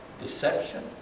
deception